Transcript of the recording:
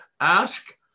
ask